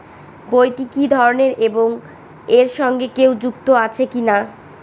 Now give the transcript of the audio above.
বইটি কি ধরনের এবং এর সঙ্গে কেউ যুক্ত আছে কিনা?